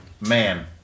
Man